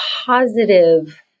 positive